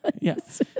Yes